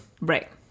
Right